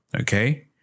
Okay